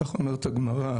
ככה אומרת הגמרא,